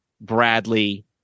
Bradley